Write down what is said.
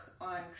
on